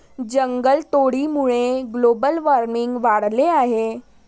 जंगलतोडीमुळे global warming वाढले आहे